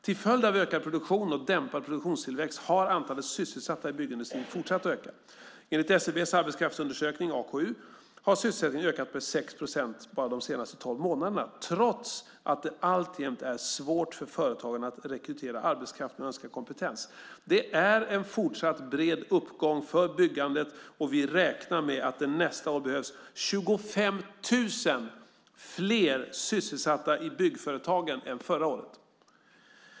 Till följd av ökad produktion och dämpad produktivitetstillväxt har antalet sysselsatta i byggindustrin fortsatt att öka. Enligt SCB:s arbetskraftsundersökning har sysselsättningen ökat med 6 procent de senaste 12 månaderna trots att det alltjämt är svårt för företagen att rekrytera arbetskraft med önskad kompetens. Det är en fortsatt bred uppgång för byggandet och vi räknar med att det nästa år behövs 25 000 fler sysselsatta i byggföretagen än förra året.